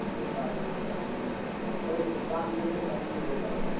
होता है वह टाइम उसके में पाँच मिनट के टाइम में हो जाएगा